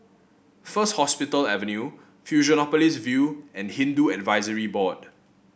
First Hospital Avenue Fusionopolis View and Hindu Advisory Board